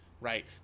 right